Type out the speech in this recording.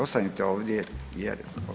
Ostanite ovdje jer